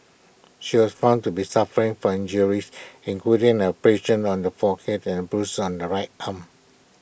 she was found to be suffering from injuries including abrasion on the forehead and A bruise on the right arm